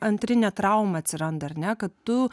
antrinė trauma atsiranda ar ne kad tu